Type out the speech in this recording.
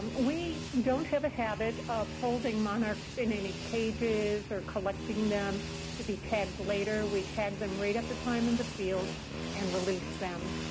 we don't have a habit of holding monarchs in any cages or collecting them to be tagged later. we tag them right at the time in the field and release them.